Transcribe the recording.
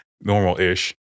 normal-ish